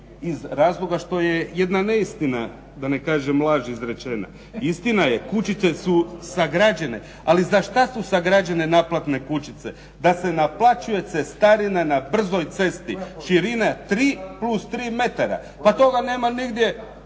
iz razloga što je jedna neistina da ne kažem laž izrečena. Istina je, kućice su sagrađene ali za šta su sagrađene naplatne kućice, da se naplaćuje cestarina na brzoj cesti širine 3 plus 3 metara. Pa toga nema nigdje,